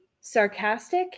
sarcastic